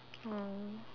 oh